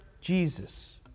Jesus